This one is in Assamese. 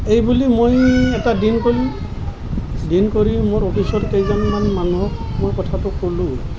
এইবুলি মই এটা দিন ক'লোঁ দিন কৰি মোৰ অফিচৰ কেইজনমান মানুহক মই কথাটো ক'লোঁ